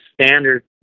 standard